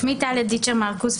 שמי טליה דיטשר מרכוס,